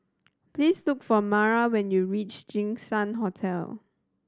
please look for Amara when you reach Jinshan Hotel